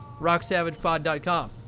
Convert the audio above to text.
rocksavagepod.com